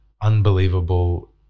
unbelievable